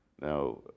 Now